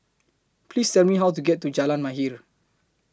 Please Tell Me How to get to Jalan Mahir